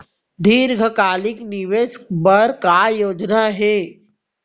दीर्घकालिक निवेश बर का योजना हे?